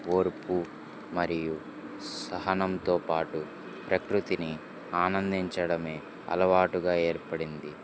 ఓర్పు మరియు సహనంతో పాటు ప్రకృతిని ఆనందించడం అలవాటుగా ఏర్పడింది